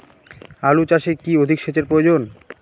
আলু চাষে কি অধিক সেচের প্রয়োজন?